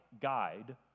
guide